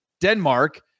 Denmark